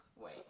Wait